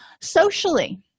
Socially